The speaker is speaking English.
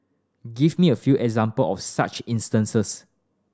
give me a few example of such instances